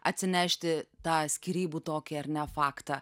atsinešti tą skyrybų tokį ar ne faktą